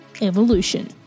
Evolution